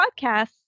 podcasts